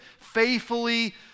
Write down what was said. faithfully